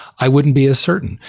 i wouldn't be as certain.